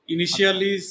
Initially